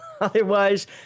Otherwise